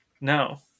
No